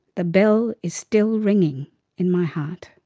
the bell is still ringing in my heart.